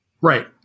Right